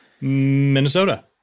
Minnesota